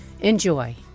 Enjoy